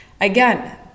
again